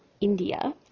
India